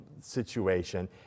situation